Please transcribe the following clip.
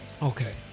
Okay